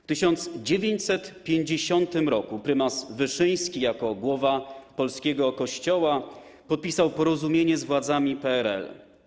W 1950 r. prymas Wyszyński jako głowa polskiego Kościoła podpisał porozumienie z władzami PRL.